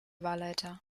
wahlleiter